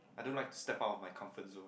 I don't like step out of my comfort zone